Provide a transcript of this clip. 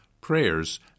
prayers